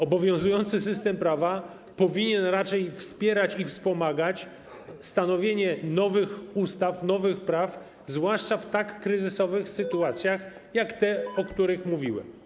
Obowiązujący system prawa powinien raczej wspierać i wspomagać stanowienie nowych ustaw, nowych praw, zwłaszcza w tak kryzysowych sytuacjach jak te, o których mówiłem.